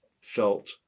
felt